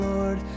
Lord